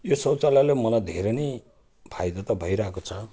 यो शौचालयले मलाई धेरै नै फाइदा त भइरहेको छ